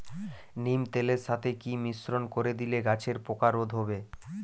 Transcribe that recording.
নিম তেলের সাথে কি মিশ্রণ করে দিলে গাছের পোকা রোধ হবে?